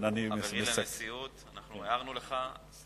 אנחנו הערנו לך.